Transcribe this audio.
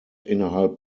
innerhalb